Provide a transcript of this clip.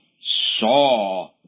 saw